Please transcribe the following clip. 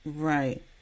Right